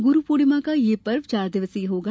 गुरूपूर्णिमा का यह पर्व चार दिवसीय रहेगा